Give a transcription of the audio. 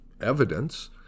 evidence